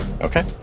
Okay